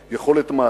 יכולת הצעת הפתרון,